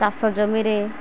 ଚାଷ ଜମିରେ